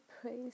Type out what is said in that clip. praise